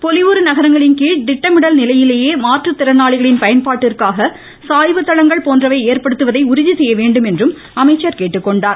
பொலிவுறு நகரங்களின் கீழ் திட்டமிடல் நிலையிலேயே மாற்றுத்திறனாளிகளின் பயன்பாட்டிற்காக சாய்வுதளங்கள் போன்றவை ஏற்படுத்துவதை உறுதிசெய்ய வேண்டும் என்றும் அமைச்சர் கேட்டுக்கொண்டார்